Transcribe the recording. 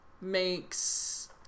Makes